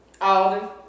Alden